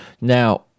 Now